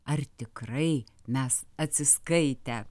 ar tikrai mes atsiskaitę